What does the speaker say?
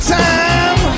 time